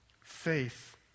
Faith